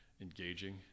engaging